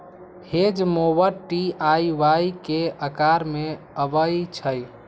hedge mower T आ Y के अकार में अबई छई